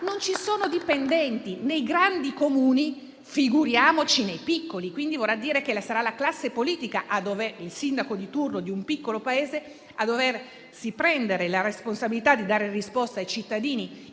non ci sono dipendenti nei grandi Comuni, figuriamoci nei piccoli. Vorrà dire che la sarà la classe politica, il sindaco di turno di un piccolo paese, a doversi prendere la responsabilità di dare risposte ai cittadini